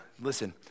listen